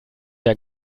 der